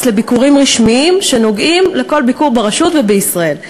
לביקורים רשמיים שנוגעים לכל ביקור ברשות ובישראל.